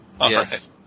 Yes